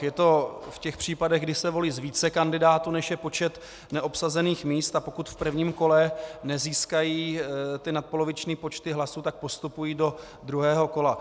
Je to v těch případech, kdy se volí z více kandidátů, než je počet neobsazených míst, a pokud v prvním kole nezískají nadpoloviční počty hlasů, tak postupují do druhého kola.